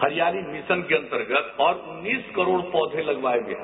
हरियाली मिशन के अंतर्गत और उन्नीस करोड़ पौधे लगाये गये